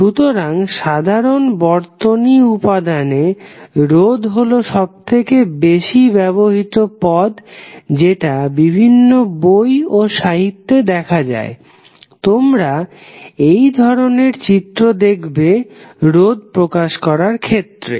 সুতরাং সাধারণ বর্তনী উপাদানে রোধ হলো সবথেকে বেশি ব্যবহৃত পদ যেটা বিভিন্ন বই ও সাহিত্যে দেখা যায় তোমরা এই ধরনের চিত্র দেখবে রোধ প্রকাশ করার ক্ষেত্রে